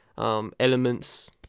Elements